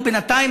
ובינתיים,